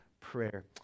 prayer